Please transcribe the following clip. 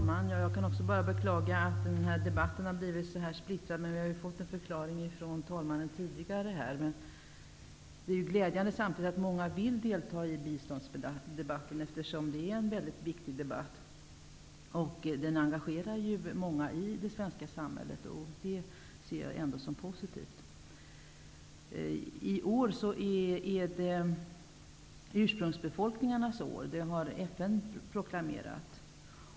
Herr talman! Jag beklagar att denna debatt har blivit så splittrad. Men vi har ju fått en förklaring av talmannen tidigare. Samtidigt är det glädjande att så många vill delta i biståndsdebatten, eftersom det är en väldigt viktig debatt. Den engagerar ju många i det svenska samhället. Det ser jag ändå såsom positivt. I år är det ursprungsbefolkningarnas år. Det har FN proklamerat.